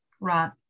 Right